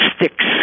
sticks